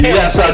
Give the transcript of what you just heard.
Yes